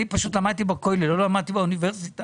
אני פשוט למדתי בכולל ולא למדתי באוניברסיטה